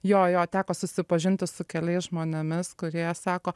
jo jo teko susipažinti su keliais žmonėmis kurie sako